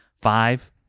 five